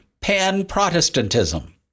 pan-Protestantism